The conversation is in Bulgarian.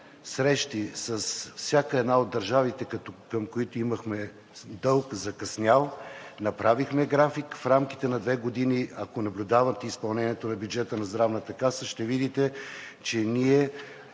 срещи с всяка една от държавите, към които имахме закъснял дълг, направихме график в рамките на две години. Ако наблюдавате изпълнението на бюджета на Здравната каса, ще видите, че ние